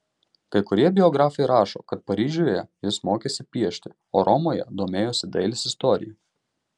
kai kurie biografai rašo kad paryžiuje jis mokėsi piešti o romoje domėjosi dailės istorija